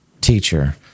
teacher